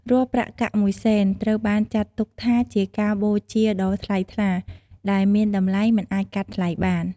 រាល់ប្រាក់កាក់មួយសេនត្រូវបានចាត់ទុកថាជាការបូជាដ៏ថ្លៃថ្លា ដែលមានតម្លៃមិនអាចកាត់ថ្លៃបាន។